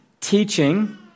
teaching